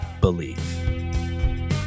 believe